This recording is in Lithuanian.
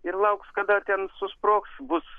ir lauks kada ten susprogs bus